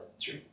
true